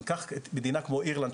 ניקח מדינה כמו אירלנד,